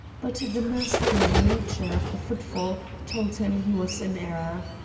but the masculine nature of the footfall told him he was in error.